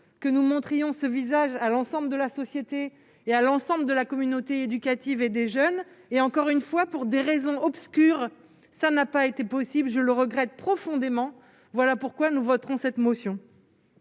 que nous montrions ce visage à l'ensemble de la société et à l'ensemble de la communauté éducative et des jeunes, et encore une fois, pour des raisons obscures, ça n'a pas été possible, je le regrette profondément, voilà pourquoi nous voterons cette motion.